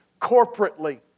corporately